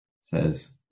says